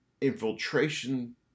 Infiltration